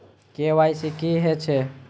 KYC की हे छे?